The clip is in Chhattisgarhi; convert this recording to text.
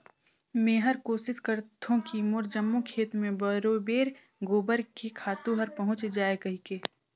मेहर कोसिस करथों की मोर जम्मो खेत मे बरोबेर गोबर के खातू हर पहुँच जाय कहिके